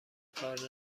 کار